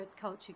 culture